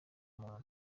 muntu